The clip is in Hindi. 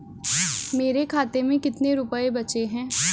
मेरे खाते में कितने रुपये बचे हैं?